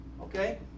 Okay